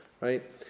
Right